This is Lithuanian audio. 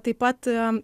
taip pat